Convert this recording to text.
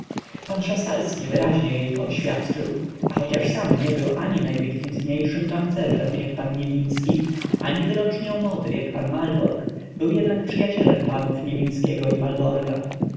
pan szastalski wyraźnie jej to oświadczył a chociaż sam nie był ani najwykwintniejszym tancerzem jak pan niwiński ani wyrocznią mody jak pan malborg był jednak przyjacielem panów niwińskiego i malborga